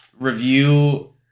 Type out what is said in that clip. review